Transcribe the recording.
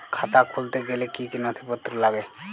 খাতা খুলতে গেলে কি কি নথিপত্র লাগে?